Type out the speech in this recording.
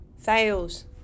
Fails